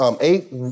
eight